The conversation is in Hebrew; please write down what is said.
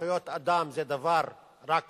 זכויות אדם זה דבר רק